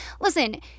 listen